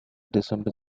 december